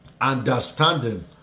understanding